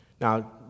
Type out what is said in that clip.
Now